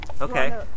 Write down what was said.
okay